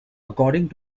according